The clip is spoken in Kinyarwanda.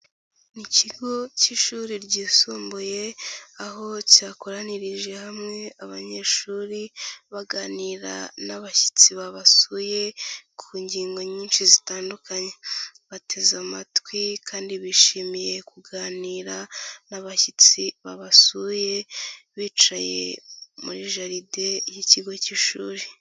Ni ikigo k'ishuri ryisumbuye aho cyakoranirije hamwe abanyeshuri baganira n'abashyitsi babasuye ku ngingo nyinshi zitandukanye, bateze amatwi kandi bishimiye kuganira n'abashyitsi babasuye bicaye muri jaride y'ikigo k'ishuri.